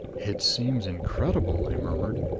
it seems incredible, i murmured.